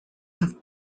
have